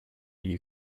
you